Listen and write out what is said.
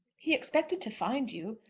he expected to find you.